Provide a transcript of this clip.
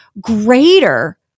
greater